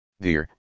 Dear